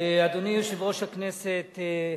אדוני יושב-ראש הכנסת,